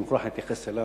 אני מוכרח להתייחס אליה,